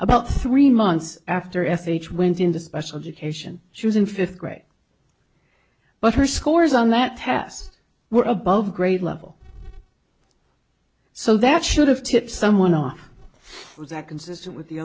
about three months after sh went into special education she was in fifth grade but her scores on that test were above grade level so that should have tipped someone off that consistent with the